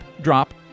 drop